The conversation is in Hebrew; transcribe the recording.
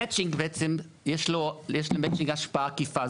המצ'ינג יש לו השפעה עקיפה.